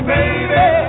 Baby